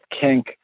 kink